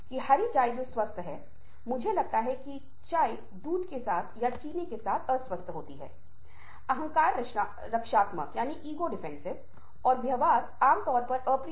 इसलिए यह बहुत महत्वपूर्ण है कि हर बार सुनने के दौरान आपकी अग्रभूमि कुछ और के विपरीत हो